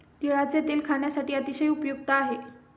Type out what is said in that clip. तिळाचे तेल खाण्यासाठी अतिशय उपयुक्त आहे